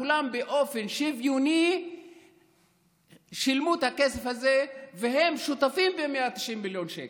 כולם באופן שוויוני שילמו את הכסף הזה והם שותפים ב-190 מיליון שקל.